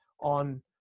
on